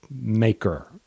maker